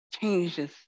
changes